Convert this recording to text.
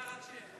אתה רק שאלה.